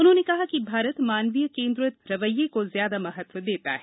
उन्होंने कहा कि भारत मानवीय केंद्रित रवैये को ज्यादा महत्व देता है